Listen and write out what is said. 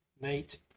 mate